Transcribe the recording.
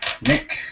Nick